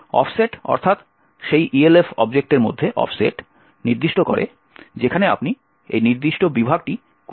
offset অর্থাৎ সেই ELF অবজেক্টের মধ্যে অফসেট নির্দিষ্ট করে যেখানে আপনি এই নির্দিষ্ট বিভাগটি খুঁজে পেতে পারেন